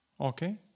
Okay